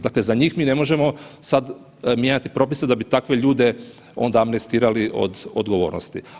Dakle za njih mi ne možemo sada mijenjati propise da bi onda takve ljude onda amnestirali od odgovornosti.